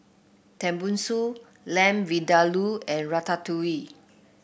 Tenmusu Lamb Vindaloo and Ratatouille